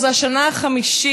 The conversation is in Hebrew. זו השנה החמישית,